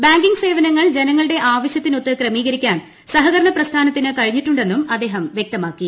banking സേവനങ്ങൾ ജനങ്ങളുടെ ആവശൃത്തി നൊത്ത് ക്രമീകരിക്കാൻ സഹകരണ പ്രസ്ഥാനത്തിന് കഴിഞ്ഞിട്ടുണ്ടെ ന്നും അദ്ദേഹം വൃക്തമാക്കി